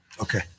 Okay